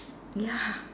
ya